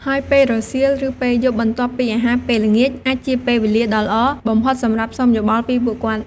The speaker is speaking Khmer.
ហើយពេលរសៀល ឬពេលយប់បន្ទាប់ពីអាហារពេលល្ងាច អាចជាពេលវេលាដ៏ល្អបំផុតសម្រាប់សុំយោបល់ពីពួកគាត់។